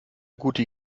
gute